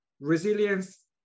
resilience